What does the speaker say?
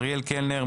אריאל קלנר,